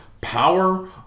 power